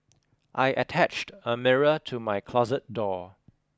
I attached a mirror to my closet door